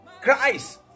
Christ